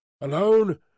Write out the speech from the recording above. Alone